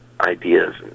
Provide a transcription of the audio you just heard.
ideas